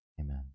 Amen